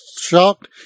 shocked